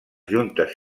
juntes